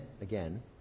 again